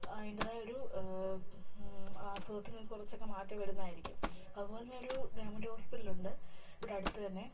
അതിൻ്റെതായ ഒരു ആസുഖത്തിന് കുറച്ചൊക്കെ മാറ്റം വരുന്നതായിരിക്കും അതുപോലെ തന്നെ ഒരു ഗവൺമെൻ്റ് ഹോസ്പിറ്റലുണ്ട് ഇവിടെ അടുത്ത് തന്നെ